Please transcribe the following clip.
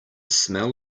smell